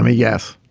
um yes.